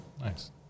nice